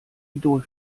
idol